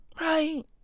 Right